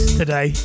today